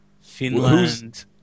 Finland